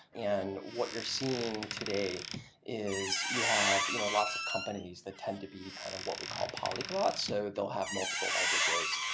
and what you're seeing today is you have you know lots of companies that tend to be kind of what we call polyglots, so they'll have multiple languages.